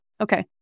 Okay